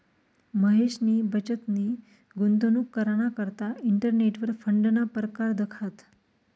महेशनी बचतनी गुंतवणूक कराना करता इंटरनेटवर फंडना परकार दखात